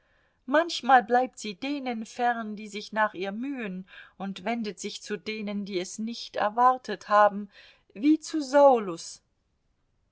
manchmal bleibt sie denen fern die sich nach ihr mühen und wendet sich zu denen die es nicht erwartet haben wie zu saulus